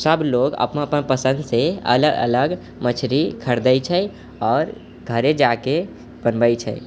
सब लोग अपन अपन पसन्दसँ अलग अलग मछरी खरिदै छै आओर घरे जाके बनबै छै